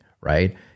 right